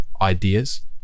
ideas